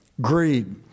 Greed